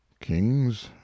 kings